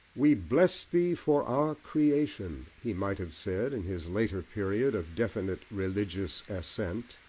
we bless thee for our creation! he might have said, in his later period of definite religious assent,